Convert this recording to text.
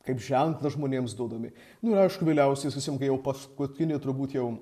kaip ženklą žmonėms duodami nu ir aišku vėliausiai jau paskutinė turbūt jau